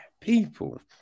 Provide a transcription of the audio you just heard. people